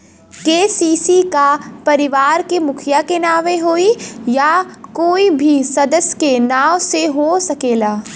KCC का परिवार के मुखिया के नावे होई या कोई भी सदस्य के नाव से हो सकेला?